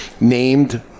Named